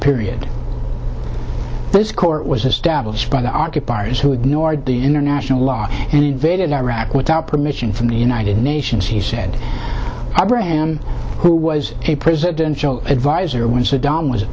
period this court was established by the occupiers who ignored the international law and invaded iraq without permission from the united nations he said who was a presidential advisor when saddam was